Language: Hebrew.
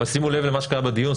אבל שימו לב למה שקרה בדיון,